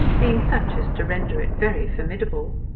being such as to render it very formidable.